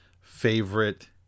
favorite